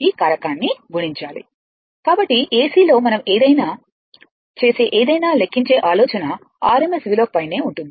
ఈ కారకాన్ని గుణించాలి కాబట్టి ఎసి లో మనం చేసే ఏదైనా లెక్కించే ఆలోచన RMS విలువ పైనే ఉంటుంది